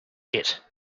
hit